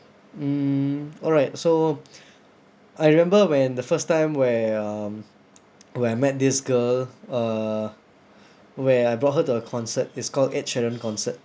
mm all right so I remember when the first time where um where I met this girl uh where I brought her to a concert it's called ed sheeran concert